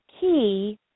key